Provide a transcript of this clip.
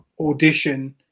audition